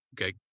Okay